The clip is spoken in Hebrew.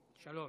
שלוש.